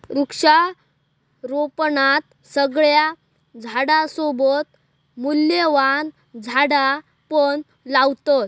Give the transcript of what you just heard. वृक्षारोपणात सगळ्या झाडांसोबत मूल्यवान झाडा पण लावतत